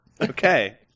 Okay